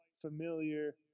familiar